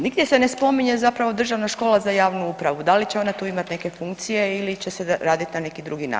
Nigdje se ne spominje zapravo Državna škola za javnu upravu, da li će ona tu imati neke funkcije ili će se raditi na neki drugi način.